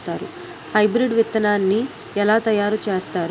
Hybrid విత్తనాన్ని ఏలా తయారు చేస్తారు?